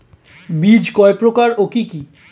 বীজ কয় প্রকার ও কি কি?